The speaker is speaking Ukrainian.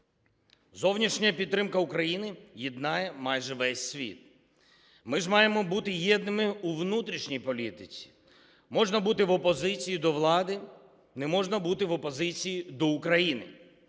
Зовнішня підтримка України єднає майже весь світ, ми ж маємо бути єдними у внутрішній політиці. Можна бути в опозиції до влади, не можна бути в опозиції до України.